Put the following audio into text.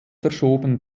verschoben